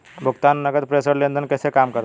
भुगतान नकद प्रेषण लेनदेन कैसे काम करता है?